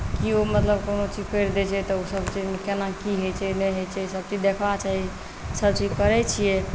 किओ मतलब कोनो चीज करि दैत छै तऽ ओ मतलब सभचीजमे केना की होइत छै नहि होइत छै सभचीज देखबाक चाही सभचीज करैत छियै